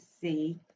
See